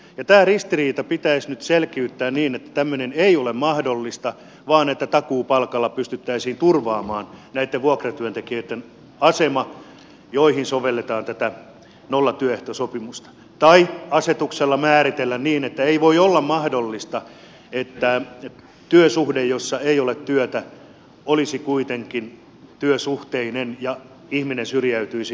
tämä ristiriita pitäisi nyt selkiyttää niin että tämmöinen ei ole mahdollista vaan takuupalkalla pystyttäisiin turvaamaan niiden vuokratyöntekijöitten asema joihin sovelletaan tätä nollatyöehtosopimusta tai asetuksella määriteltäisiin että ei voi olla mahdollista että työsuhde jossa ei ole työtä olisi kuitenkin työsuhteinen ja ihminen syrjäytyisi ansiosidonnaiselta päivärahalta